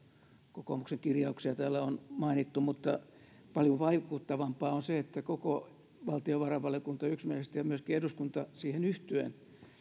kokoomuksen kirjauksia täällä on mainittu mutta paljon vaikuttavampaa on se että koko valtiovarainvaliokunta yksimielisesti ja myöskin eduskunta siihen yhtyen